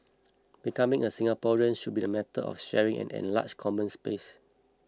becoming a Singaporean should be a matter of sharing an enlarged common space